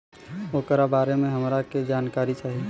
ओकरा बारे मे हमरा के जानकारी चाही?